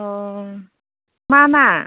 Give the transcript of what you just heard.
अह मा ना